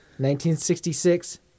1966